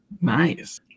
Nice